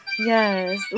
Yes